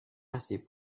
assez